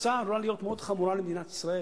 התוצאה עלולה להיות מאוד חמורה למדינת ישראל.